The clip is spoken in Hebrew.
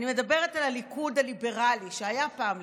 אני מדברת על הליכוד הליברלי, שהיה פעם ליברלי.